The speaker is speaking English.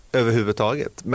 överhuvudtaget